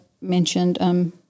mentioned